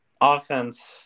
offense